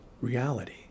reality